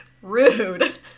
rude